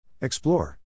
Explore